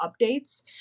updates